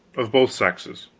of both sexes